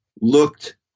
looked